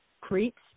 creeps